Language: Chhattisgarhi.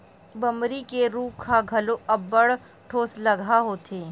बमरी के रूख ह घलो अब्बड़ ठोसलगहा होथे